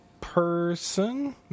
person